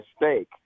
mistake